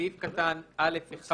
בסעיף קטן א(1),